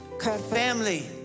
family